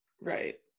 right